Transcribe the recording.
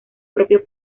propio